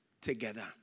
together